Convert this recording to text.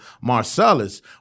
Marcellus